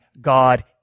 God